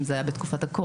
אם זה היה בתקופת הקורונה,